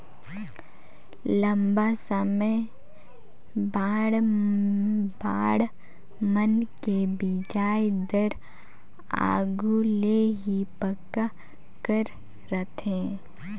लंबा समे बांड मन के बियाज दर आघु ले ही पक्का कर रथें